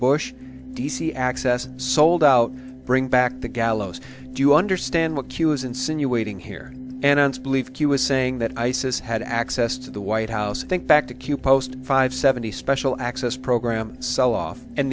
bush d c access sold out bring back the gallows do you understand what q is insinuating here and i believe he was saying that isis had access to the white house think back to q post five seventy special access program sell off